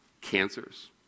cancers